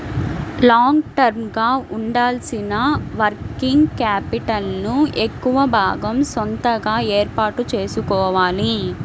long term గా ఉండాల్సిన working capital ను ఎక్కువ భాగం సొంతగా ఏర్పాటు చేసుకోవాలి